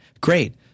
Great